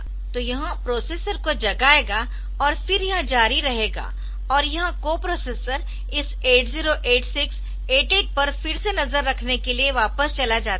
तो यह प्रोसेसर को जगाएगा और फिर यह जारी रहेगा और यह कोप्रोसेसर इस 8086 88 पर फिर से नजर रखने के लिए वापस चला जाता है